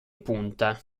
punta